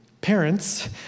parents